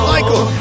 Michael